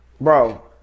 bro